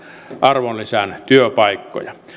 arvonlisän työpaikkoja